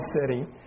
city